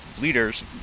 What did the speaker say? leaders